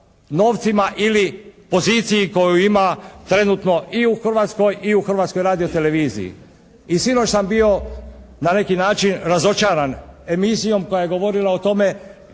novcima i poziciji koju ima trenutno i u Hrvatskoj i u Hrvatskoj radio-televiziji. I sinoć sam bio na neki način razočaran emisijom koja je govorila o tome